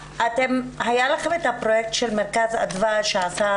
היה לכן את הפרויקט של מרכז אדוה שעשה